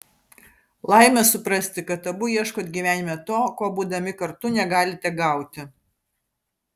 laimė suprasti kad abu ieškot gyvenime to ko būdami kartu negalite gauti